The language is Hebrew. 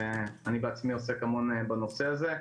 אני בעצמי עוסק המון בנושא הזה.